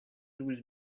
douze